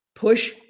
Push